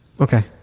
Okay